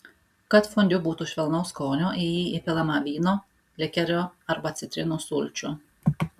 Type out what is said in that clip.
kad fondiu būtų švelnaus skonio į jį pilama vyno likerio arba citrinų sulčių